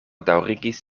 daŭrigis